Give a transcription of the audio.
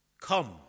come